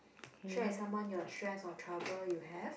share with someone your stress or trouble you have